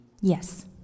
Yes